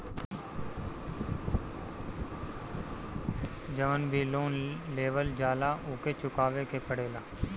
जवन भी लोन लेवल जाला उके चुकावे के पड़ेला